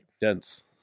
dense